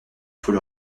faut